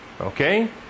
Okay